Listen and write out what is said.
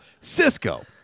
Cisco